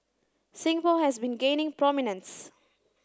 Singapore has been gaining prominence